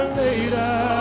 later